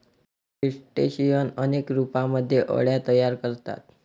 crustacean अनेक रूपांमध्ये अळ्या तयार करतात